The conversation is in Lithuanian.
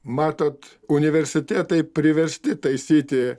matot universitetai priversti taisyti